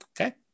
Okay